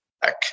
back